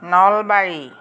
Nalbari